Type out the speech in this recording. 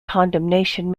condemnation